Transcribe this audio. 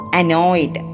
annoyed